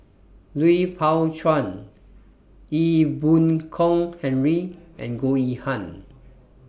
Lui Pao Chuen Ee Boon Kong Henry and Goh Yihan